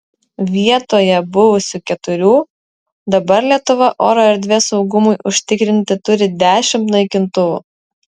vietoje buvusių keturių dabar lietuva oro erdvės saugumui užtikrinti turi dešimt naikintuvų